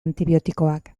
antibiotikoak